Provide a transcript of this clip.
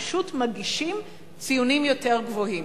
פשוט מגישים ציונים יותר גבוהים.